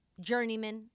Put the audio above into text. Journeyman